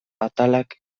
atalak